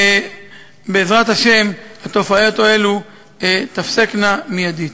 ובעזרת השם, התופעות האלה תיפסקנה מיידית.